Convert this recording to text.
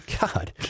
God